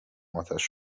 اتش